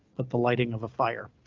but the lighting of a fire,